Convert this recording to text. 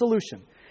solution